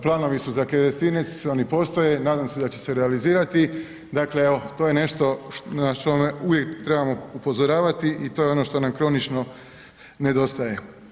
Planovi su za Kerestinec, oni postoje, nadam se da će se realizirati, dakle, evo to je nešto na što uvijek trebamo upozoravati i to je ono što nam kronično nedostaje.